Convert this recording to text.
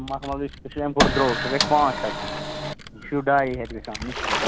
مخملٕچ سُہ چھُ اَمہِ کھوتہٕ درٛۅگ سُہ گژھ پانٛژھ ہتھِ یہِ چھُو ڈایے ہَتھ گژھان مِشری